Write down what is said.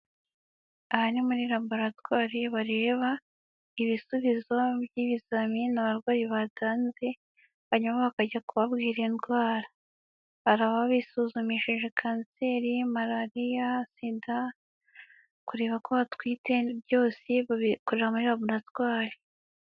Aha ni muri laboratwari bareba ibisubizo by'ibizamini abarwayi batanze hanyuma bakajya kubabwira indwara, hari ababa bisuzumishije kanseri, malariya, SIDA, kureba ko batwite, byose babikorera muri laboratwari.